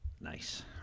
Nice